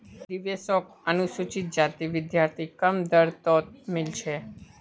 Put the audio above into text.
देवेश शोक अनुसूचित जाति विद्यार्थी कम दर तोत मील छे